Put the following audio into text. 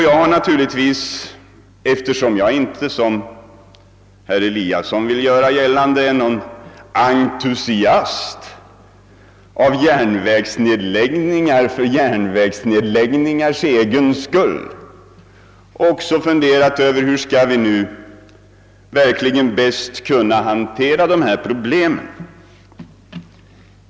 Jag har naturligtvis — eftersom jag inte, som herr Eliasson ville göra gällande, är någon entusiast av järnvägsnedläggningar för järnvägsnedläggningarnas egen skull — också funderat över hur vi på bästa sätt skall kunna hantera dessa problem.